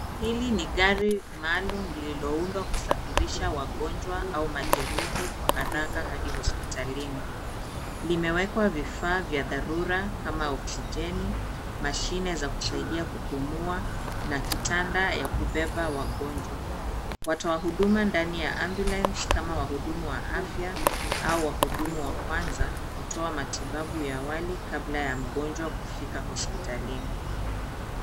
Hili ni gari maalum lililoundwa kusafirisha wagonjwa au majeruhi kwa haraka hadi hospitalini. Limewekwa vifaa vya dharura kama oksijeni , mashine za kusaidia kupumua na kitanda ya kubeba wagonjwa. Watoa huduma ndani ya ambulance kama wahudumu wa afya au wahudumu wa kwanza hutoa matibabu ya awali kabla ya mgonjwa kufika hospitalini.